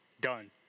done